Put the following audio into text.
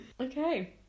Okay